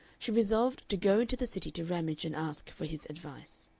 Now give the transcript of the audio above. she resolved to go into the city to ramage and ask for his advice.